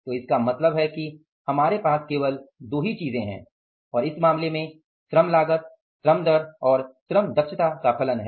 तो इसका मतलब है कि हमारे पास केवल दो चीजें हैं और इस मामले में श्रम लागत श्रम दर और श्रम दक्षता का फलन है